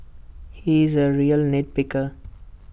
he is A real nit picker